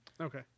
Okay